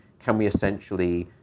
can we essentially,